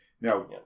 Now